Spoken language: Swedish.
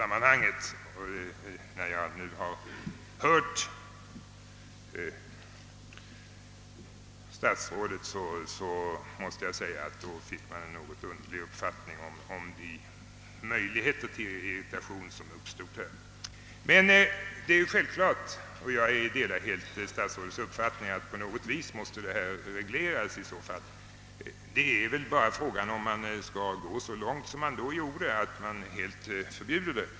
Men efter att ha hört statsrådet har jag nu fått en något underlig uppfattning om de irritationsmöjligheter som uppstått. Jag delar helt statsrådets uppfattning att förhållandena på något sätt måste regleras, frågan är bara om man skall gå så långt som till ett förbud.